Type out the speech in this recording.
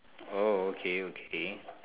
oh okay okay